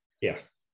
yes